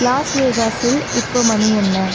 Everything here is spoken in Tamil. லாஸ் வேகாஸில் இப்போது மணி என்ன